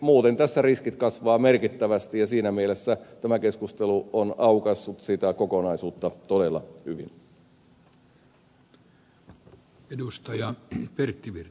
muuten tässä riskit kasvavat merkittävästi ja siinä mielessä tämä keskustelu on aukaissut sitä kokonaisuutta todella hyvin